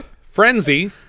Frenzy